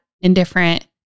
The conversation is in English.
indifferent